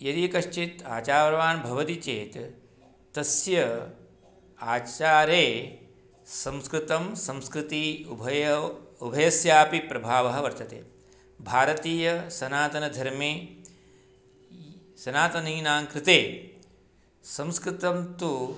यदि कश्चिद् आचारवान् भवति चेत् तस्य आचारे संस्कृतं संस्कृति उभयो उभयस्यापि प्रभावः वर्तते भारतीय सनातनधर्मे सनातनीनाङ्कृते संस्कृतं तु